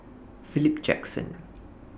Philip Jackson